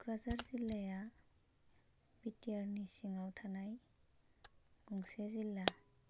क्र'क्राझार क'क्राझार जिल्लाया B T R नि सिङाव थानाय गंसे जिल्ला